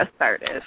assertive